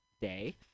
day